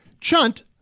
Chunt